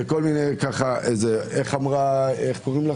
איך אמרה מורן?